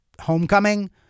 Homecoming